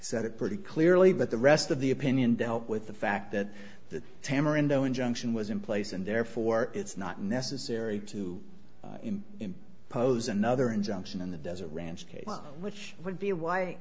said it pretty clearly but the rest of the opinion dealt with the fact that the tamarind o injunction was in place and therefore it's not necessary to impose another injunction in the desert ranch which would be why